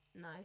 No